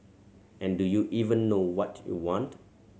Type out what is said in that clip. and do you even know what you want